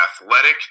athletic